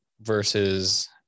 versus